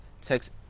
Text